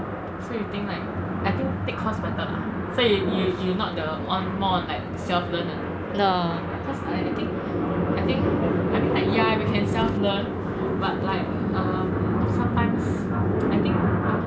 so you think like I think take course better lah so you you you not the on more on like self learn lah cause I I think I think I mean like ya we can self learn but like um sometimes I think